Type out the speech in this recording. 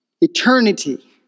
Eternity